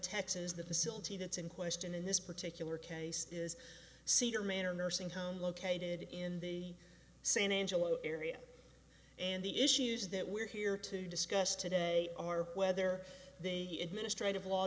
texas the facility that's in question in this particular case is cedar manor nursing home located in the san angelo area and the issues that we're here to discuss today are whether they be administrative law